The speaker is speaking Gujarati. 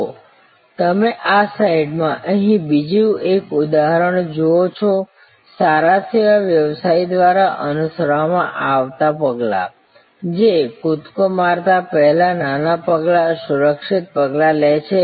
તો તમે આ સ્લાઇડમાં અહીં બીજું એક ઉદાહરણ જુઓ છો સારા સેવા વ્યવસાય દ્વારા અનુસરવામાં આવતા પગલાં જે કૂદકો મારતા પહેલા નાના પગલાં સુરક્ષિત પગલાં લે છે